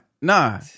nah